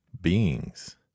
beings